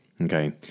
Okay